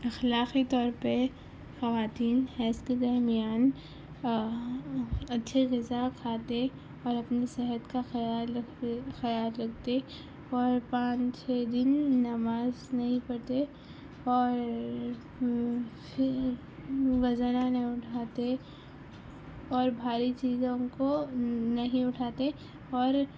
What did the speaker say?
اخلاقی طور پہ خواتین حیض کے درمیان اچّھے غذا کھاتے اور اپنی صحت کا خیال رکھ رہے خیال رکھتے اور پانچ چھ دن نماز نہیں پڑھتے اور پھر وزن نہیں اٹھاتے اور بھاری چیزوں کو نہیں اٹھاتے اور